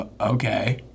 Okay